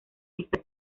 visa